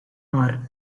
are